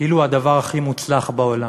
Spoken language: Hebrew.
כאילו הוא הדבר הכי מוצלח בעולם.